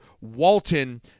Walton